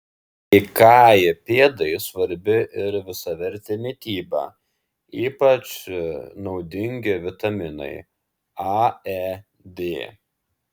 sveikai pėdai svarbi ir visavertė mityba ypač naudingi vitaminai a e d